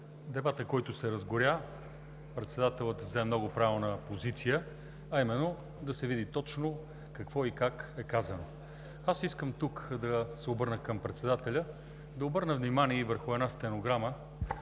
дебата, който се разгоря, председателят взе много правилна позиция, а именно да се види точно какво и как е казано. Аз искам тук да се обърна към председателя и да обърна внимание върху една стенограма.